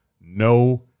no